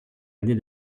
aînée